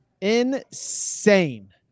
insane